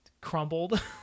Crumbled